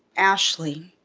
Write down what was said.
ashley,